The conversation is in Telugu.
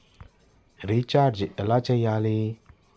రిచార్జ ఎలా చెయ్యాలి?